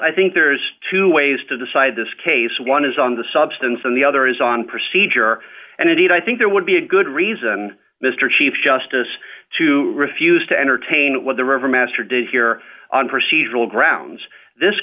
i think there's two ways to decide this case one is on the substance and the other is on procedure and indeed i think there would be a good reason mr chief justice to refuse to entertain what the river master did here on procedural grounds this